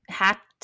hacked